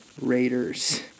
Raiders